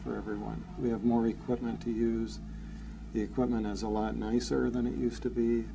for everyone we have more equipment to use the equipment has a lot nicer than it used to be